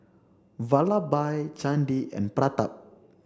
Vallabhbhai Chandi and Pratap